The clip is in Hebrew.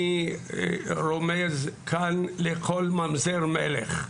אני רומז כאן לכל ממזר מלך.